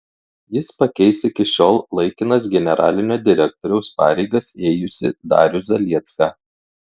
jis pakeis iki šiol laikinas generalinio direktoriaus pareigas ėjusį darių zaliecką